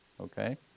Okay